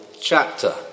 chapter